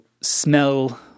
smell